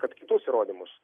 kad kitus įrodymus